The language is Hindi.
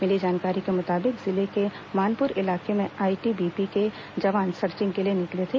मिली जानकारी के मुताबिक जिले के मानपुर इलाके में आईटीबीपी के जवान सर्चिंग के लिए निकले थे